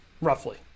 Roughly